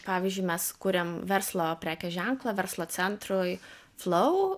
pavyzdžiui mes kūrėm verslo prekės ženklą verslo centrui flau